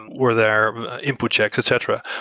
were their input checks, etc?